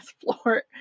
floor